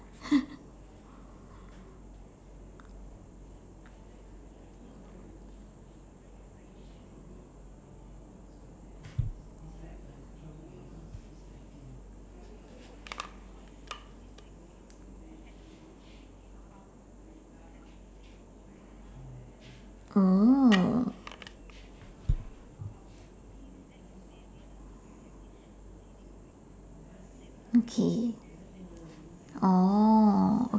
oh okay oh